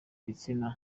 gitsina